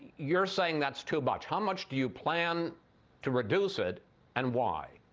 you're saying that's too much. how much do you plan to reduce it and why?